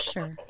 Sure